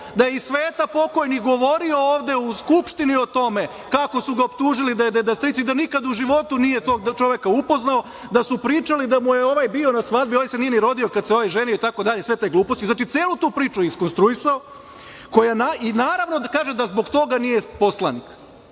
da i Sveta pokojni govorio ovde u Skupštini o tome kako su ga optužili da je deda stric i da nikada u životu nije tog čoveka upoznao, da su pričali da mu je ovaj bio na svadbi a ovaj se nije ni rodio kada se ovaj ženio, sve te gluposti, znači celu tu priču je iskonstruisao, koja i naravno da kaže da zbog toga nije poslanik. Onda